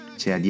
c'è